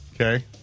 okay